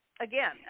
again